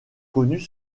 connues